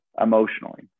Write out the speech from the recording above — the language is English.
emotionally